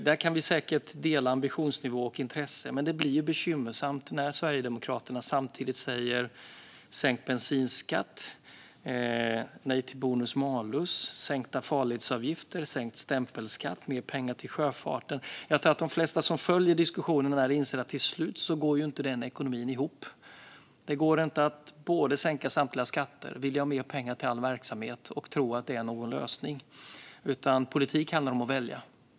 Där kan vi säkert dela ambitionsnivå och intresse, men det blir ju bekymmersamt när Sverigedemokraterna samtidigt säger ja till sänkt bensinskatt, säger nej till bonus-malus och vill ha sänkta farledsavgifter, sänkt stämpelskatt och mer pengar till sjöfarten. Jag tror att de flesta som följer diskussionen inser att den ekonomin till slut inte går ihop. Det går inte att både sänka samtliga skatter och vilja ha mer pengar till all verksamhet och tro att det är någon lösning. Politik handlar om att välja.